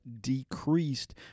decreased